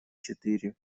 четыре